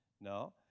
No